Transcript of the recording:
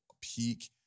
peak